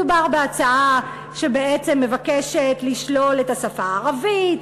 מדובר בהצעה שבעצם מבקשת לשלול את השפה הערבית,